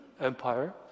Empire